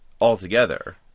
altogether